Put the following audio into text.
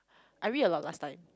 I read a lot last time